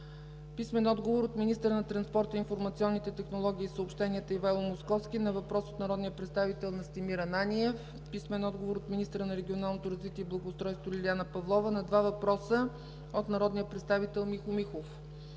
съобщенията; - министъра на транспорта, информационните технологии и съобщенията Ивайло Московски на въпрос от народния представител на Настимир Ананиев; - министъра на регионалното развитие и благоустройство Лиляна Павлова на два въпроса от народния представител Михо Михов;